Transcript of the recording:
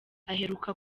aheruka